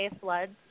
Floods